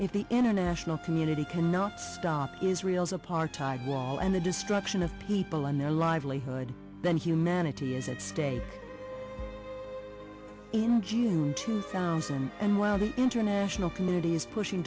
if the international community cannot stop israel's apartheid wall and the destruction of people on their livelihood then humanity is at stake in june two thousand and while the international community is pushing